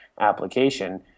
application